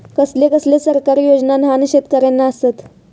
कसले कसले सरकारी योजना न्हान शेतकऱ्यांना आसत?